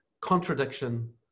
contradiction